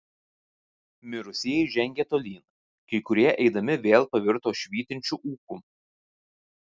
mirusieji žengė tolyn kai kurie eidami vėl pavirto švytinčiu ūku